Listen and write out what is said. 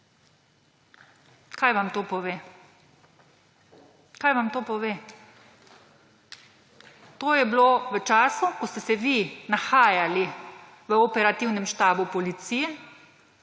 Kaj vam to pove? To je bilo v času, ko ste se vi nahajali v operativnem štabu policije,